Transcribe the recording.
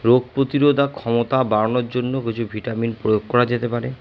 রোগ প্রতিরোধাক ক্ষমতা বাড়ানোর জন্য কিছু ভিটামিন প্রয়োগ করা যেতে পারে